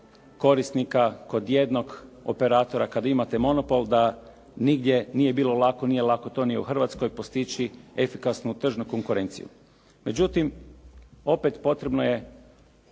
korisnika kod jednog operatora, kad imate monopol, da nigdje nije bilo lako, nije lako to ni u Hrvatskoj postići, efikasnu tržnu konkurenciju. Međutim, opet potrebno je